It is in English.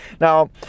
Now